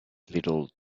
little